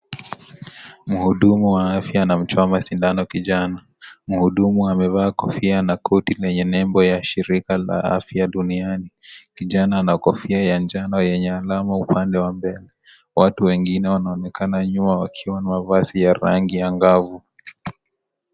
Mhudumu wa afya anamchoma sindano kijana. Mhudumu amevaa kofia na koti lenye nembo ya shirika la afya duniani. Kijana ana kofia ya njano yenye alama upande wa mbele. Watu wengine wanaonekana nyuma wakiwa na mavazi ya rangi angavu.